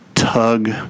Tug